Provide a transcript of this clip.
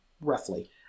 roughly